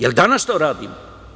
Jel danas to radimo?